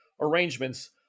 arrangements